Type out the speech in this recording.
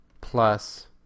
plus